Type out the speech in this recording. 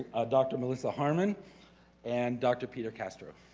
dr. melissa harman and dr. peter castro.